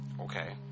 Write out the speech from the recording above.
Okay